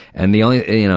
and the only, you know,